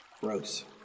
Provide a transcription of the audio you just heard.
Gross